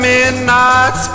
Midnight